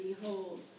Behold